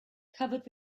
covered